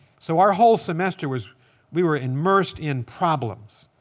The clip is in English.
so our whole semester was we were immersed in problems